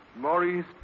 Maurice